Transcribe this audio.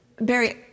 Barry